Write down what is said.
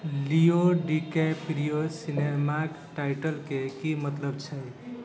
लियो डिकैप्रियो सिनेमाके टाइटलके की मतलब छै